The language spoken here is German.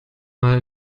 mal